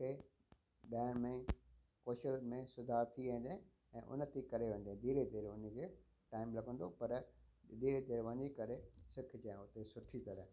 तोखे ॻाइण में पो सुर में सुधार थी वेंदे ऐं ऐं उनती करे वेंदो धीरे धीरे उन जे टाइम लॻंदो पर धीरे धीरे वञी करे सिखजे उते सुठी तरह